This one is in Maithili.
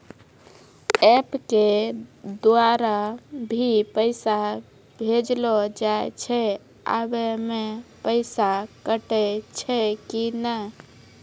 एप के द्वारा भी पैसा भेजलो जाय छै आबै मे पैसा कटैय छै कि नैय?